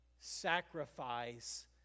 sacrifice